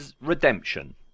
redemption